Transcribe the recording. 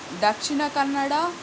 Dakshina Kannada